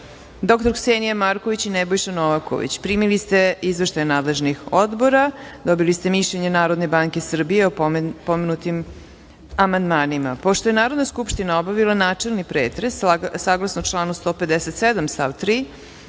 dr. Ksenija Marković i Nebojša Novaković. Primili ste izveštaje nadležnih odbora i mišljenje Narodne banke Srbije o podnetim amandmanima. Pošto je Narodna Skupština obavila načelni pretres, saglasno članu 157. stav 3.